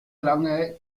lange